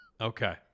Okay